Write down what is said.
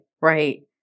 Right